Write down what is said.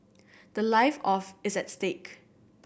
the life of is at stake